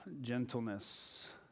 gentleness